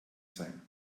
sein